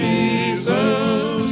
Jesus